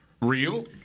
Real